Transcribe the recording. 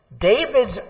David's